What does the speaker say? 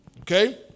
Okay